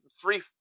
three